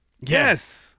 Yes